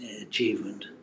achievement